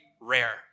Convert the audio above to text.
rare